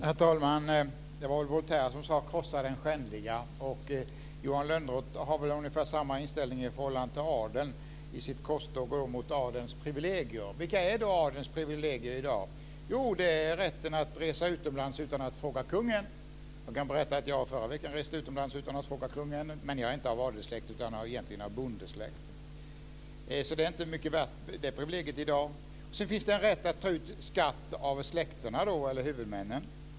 Herr talman! Det var Voltaire som sade att man skulle krossa den skändliga. Johan Lönnroth har väl ungefär samma inställning i förhållande till adeln och i sitt korståg mot adelns privilegier. Vilka är då adelns privilegier i dag? Jo, det är rätten att resa utomlands utan att fråga kungen. Jag kan berätta att jag förra veckan reste utomlands utan att fråga kungen, men jag är inte av adelssläkt utan är av bondesläkt. Det privilegiet är inte mycket värt i dag. Sedan finns det en rätt att ta ut skatt av släkterna, av huvudmännen.